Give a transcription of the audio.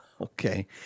Okay